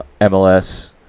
MLS